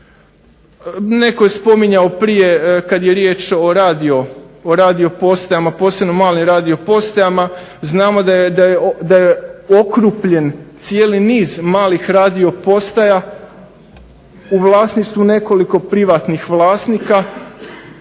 Netko je spominjao prije kada je riječ o radiopostajama, posebno o malim radiopostajama. Znamo da je okrupljen cijeli niz malih radiopostaja u vlasništvu nekoliko privatnih vlasnika.